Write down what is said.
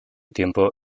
tiempo